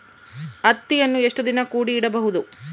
ಹತ್ತಿಯನ್ನು ಎಷ್ಟು ದಿನ ಕೂಡಿ ಇಡಬಹುದು?